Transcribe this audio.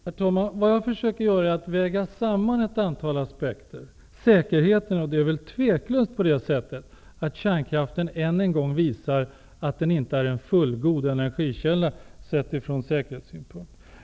Herr talman! Vad jag försöker göra är att väga samman ett antal aspekter. Det är väl tveklöst på det sättet att kärnkraften ännu en gång visar att den inte är en fullgod energikälla från säkerhetssynpunkt.